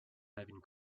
having